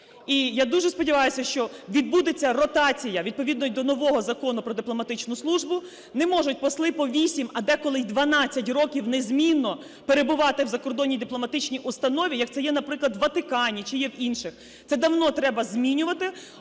І я дуже сподіваюся, що відбудеться ротація відповідно й до нового Закону "Про дипломатичну службу". Не можуть посли по 8, а деколи й 12 років, незмінно перебувати в закордонній дипломатичній установі, як це є, наприклад, в Ватикані чи є в інших. Це давно треба змінювати